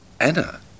Anna